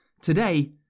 Today